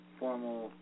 formal